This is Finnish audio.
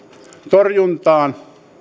torjuntaan